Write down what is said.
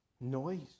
Noise